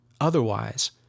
Otherwise